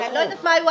--- אני הבנתי.